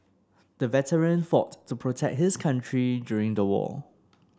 the veteran fought to protect his country during the war